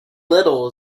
little